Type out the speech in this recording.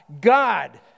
God